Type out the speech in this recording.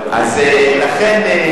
אז נתתי לך רעיון.